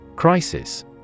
Crisis